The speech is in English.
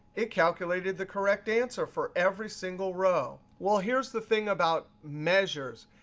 it calculated the correct answer for every single row. well, here's the thing about measures.